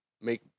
make